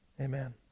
Amen